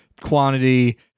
quantity